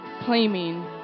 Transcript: claiming